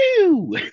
Woo